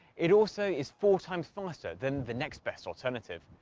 it also is four times faster than the next best alternative,